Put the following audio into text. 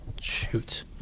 Shoot